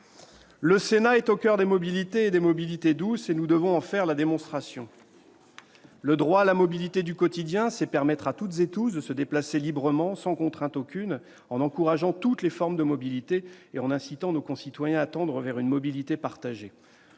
Le Sénat est au coeur des mobilités et des mobilités douces : nous devons en faire la démonstration. Garantir le droit à la mobilité du quotidien, c'est permettre à toutes et à tous de se déplacer librement, sans contrainte aucune, en encourageant toutes les formes de mobilité et en incitant nos concitoyens à tendre vers une mobilité partagée.